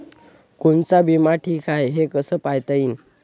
कोनचा बिमा ठीक हाय, हे कस पायता येईन?